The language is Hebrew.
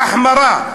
בהחמרה.